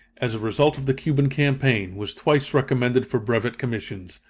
as a result of the cuban campaign, was twice recommended for brevet commissions,